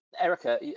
Erica